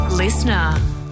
listener